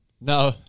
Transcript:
No